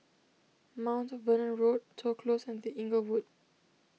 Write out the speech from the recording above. Mount Vernon Road Toh Close and the Inglewood